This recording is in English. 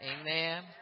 Amen